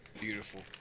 Beautiful